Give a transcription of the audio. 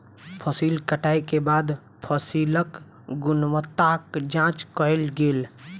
फसिल कटै के बाद फसिलक गुणवत्ताक जांच कयल गेल